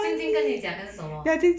jing jing 跟你讲还是什么